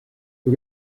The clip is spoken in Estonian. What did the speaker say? kui